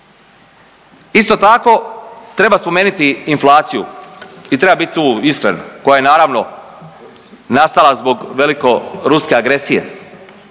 Isto tako treba spomenuti i inflaciju i treba bit tu iskren, koja je naravno nastala zbog velikoruske agresije,